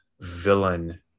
villain